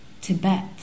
Tibet